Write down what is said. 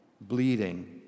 bleeding